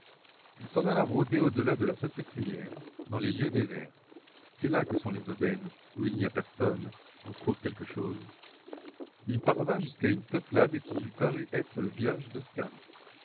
il s'en alla rôder au delà de la salpêtrière dans les lieux déserts c'est là que sont les aubaines où il n'y a personne on trouve quelque chose il parvint jusqu'à une peuplade qui lui parut être le village d'austerlitz